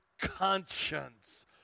conscience